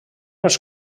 els